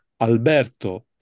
Alberto